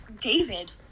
David